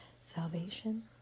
Salvation